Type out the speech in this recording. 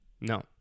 no